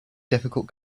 difficult